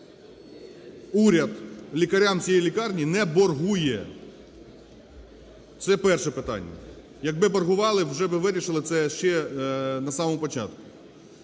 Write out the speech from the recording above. уряд лікарям цієї лікарні не боргує. Це перше питання. Якби боргували, вже б вирішили це ще на самому початку.